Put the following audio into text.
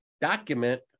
document